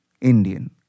Indian